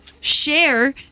share